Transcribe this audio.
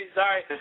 sorry